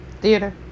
theater